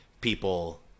people